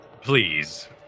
Please